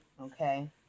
Okay